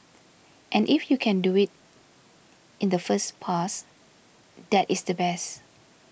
and if you can do it in the first pass that is the best